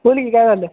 बोल की काय झालं